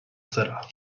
sera